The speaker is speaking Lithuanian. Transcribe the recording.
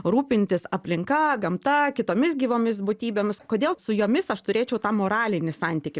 rūpintis aplinka gamta kitomis gyvomis būtybėmis kodėl su jomis aš turėčiau tą moralinį santykį